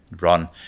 run